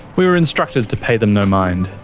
we were instructed to pay them no mind,